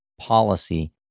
policy